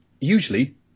usually